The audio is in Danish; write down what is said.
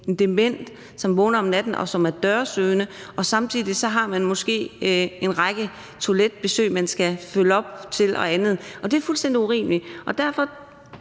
en dement, som vågner om natten, og som er dørsøgende, og samtidig er der måske en række toiletbesøg, man skal følge ud til, og andet. Det er fuldstændig urimeligt, og derfor